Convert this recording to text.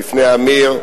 בפני אמיר,